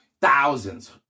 thousands